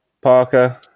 parker